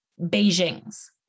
Beijing's